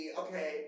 okay